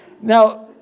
now